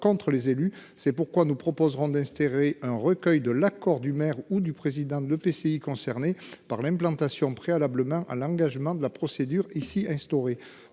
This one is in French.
contre les élus. C'est pourquoi nous proposerons d'instaurer un recueil de l'accord du maire ou du président de l'EPCI concerné par l'implantation préalablement à l'engagement de la procédure ici instauré